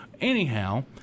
Anyhow